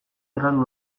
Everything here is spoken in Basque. gertatu